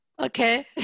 Okay